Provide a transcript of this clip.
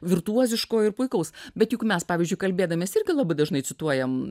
virtuoziško ir puikaus bet juk mes pavyzdžiui kalbėdamiesi irgi labai dažnai cituojam